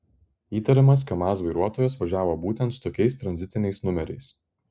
įtariamas kamaz vairuotojas važiavo būtent su tokiais tranzitiniais numeriais